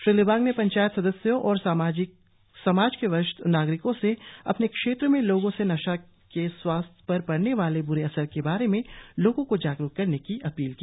श्री लिबांग ने पंचायत सदस्यों और समाज के वरिष्ठ नागरिकों से अपने क्षेत्र में लोगों को नशे से स्वास्थ पर पड़ने वाले ब्रे असर के बारे में लोगों को जागरुक करने की अपील की